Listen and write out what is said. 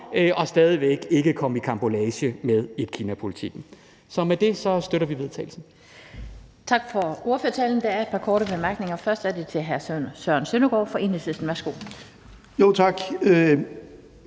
og stadig væk ikke komme i karambolage med etkinapolitikken. Så med de bemærkninger